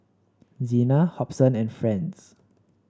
Zena Hobson and Franz